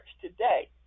today